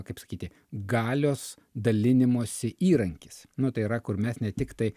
kaip sakyti galios dalinimosi įrankis nu tai yra kur mes ne tiktai